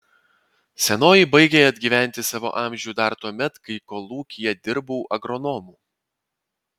senoji baigė atgyventi savo amžių dar tuomet kai kolūkyje dirbau agronomu